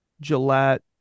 Gillette